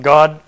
God